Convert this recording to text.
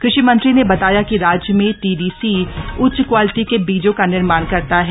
कृषि मंत्री ने बताया कि राज्य में टीडीसी उच्च क्वालिटी के बीजों का निर्माण करता है